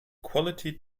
quality